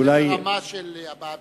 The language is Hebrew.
זה ברמה של הבעת